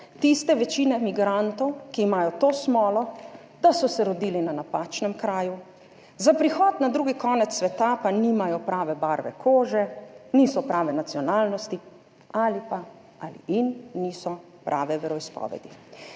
tiste večine migrantov, ki imajo to smolo, da so se rodili na napačnem kraju, za prihod na drugi konec sveta pa nimajo prave barve kože, niso prave nacionalnosti ali pa ali in niso prave veroizpovedi.